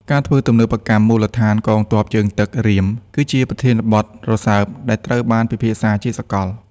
ការធ្វើទំនើបកម្មមូលដ្ឋានកងទ័ពជើងទឹក Ream គឺជាប្រធានបទរសើបដែលត្រូវបានពិភាក្សាជាសកល។